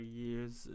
years